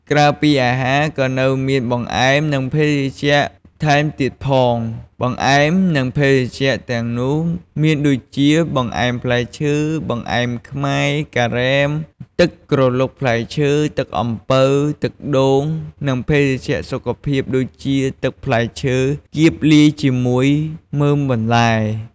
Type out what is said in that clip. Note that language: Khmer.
ក្រៅពីអាហារ ក៏នៅមានបង្អែម និងភេសជ្ជៈថែមទៀតផង។ បង្អែម និងភេសជ្ជៈទាំងនោះមានដូចជា បង្អែមផ្លែឈើ បង្អែមខ្មែរ ការ៉េម ទឹកក្រឡុកផ្លែឈើ ទឹកអំពៅ ទឹកដូង និងភេសជ្ជៈសុខភាពដូចជាទឹកផ្លែឈើគៀបលាយជាមួយមើមបន្លែ។